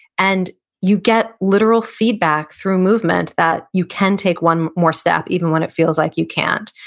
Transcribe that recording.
and you get literal feedback through movement that you can take one more step even when it feels like you can't,